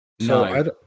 No